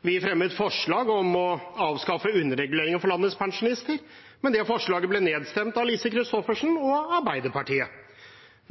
Vi fremmet forslag om å avskaffe underreguleringen for landets pensjonister, men det forslaget ble nedstemt av Lise Christoffersen og Arbeiderpartiet.